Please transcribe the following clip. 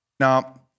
Now